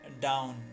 down